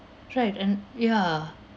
right and ya